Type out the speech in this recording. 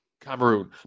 Cameroon